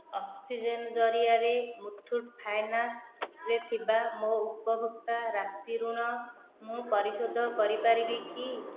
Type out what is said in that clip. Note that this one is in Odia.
ଅକ୍ସିଜେନ୍ ଜରିଆରେ ମୁଥୁଟ୍ ଫାଇନାନ୍ସ୍ରେ ଥିବା ମୋ ଉପଭୋକ୍ତା ରାଶି ଋଣ ମୁଁ ପରିଶୋଧ କରିପାରିବି କି